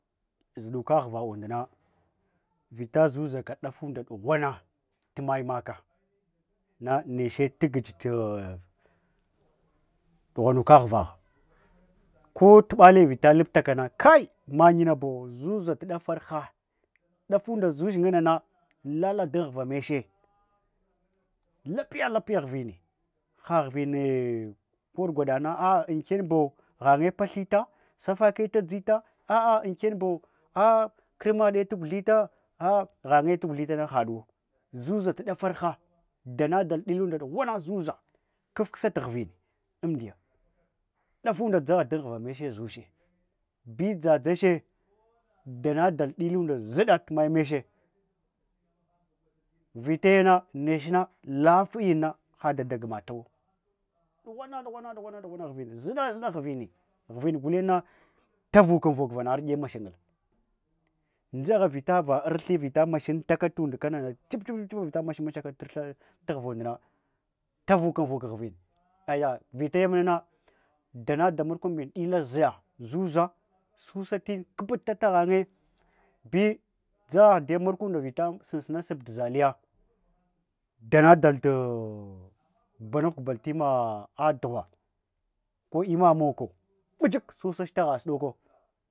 Zuduka ghva lendana vita zuza ka dafanda dughwana tamar maka nanche tatadt daghwamuka ghva kotabale vita lplakana kai maumyabo zuza dafarha dafunda zuch ngama lala danx ghva meche lapiya lapiya ghuini ha ghvine kor gwadna a ankenbo ghannye pathita safa ka tadzita a’a aukenbo a kr made tguthite a ghannye tpathita na hadu zuzacht dafarha da nadal dilunda dughwana zuza kfks ghvine amdiya dafunda dsagha dan ghva meche neche zuche bi dsache damadal dilunda zida dzacht mai meche vitayana neche na lapiyana chalanlunda da gmata wo dughuana dughuana ghvin zid- zida ghvi ghvni gulenya ta vukan vuke vaghene ir e mashanal ndzagha vita va arlthe mashataka ta urnd kana jibl jibl vita masha- mashaka ta arthana ta ghva lerula na ta vukan vuk ghvin aya vita yanna danada marakalambin dile zazuza sutz tin kubuta tashanyabi dzaha nduya marakumlavita sasina spata zhachiya danadal ta kubana kubal tina tughwa ko ina moka mbichik susach tagha sudoko